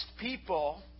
people